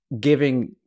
giving